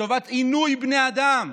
לטובת עינוי בני אדם,